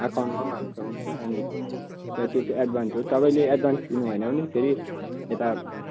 एकाउन्टमा पनि हाल्नु सक्नुहुन्छ अनि त्यहाँदेखि त्यो चाहिँ एडभान्स हो तपाईँले एडभान्स दिनु भएन भने फेरि यता